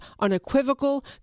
unequivocal